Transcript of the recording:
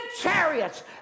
chariots